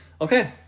okay